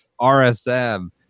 RSM